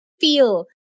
feel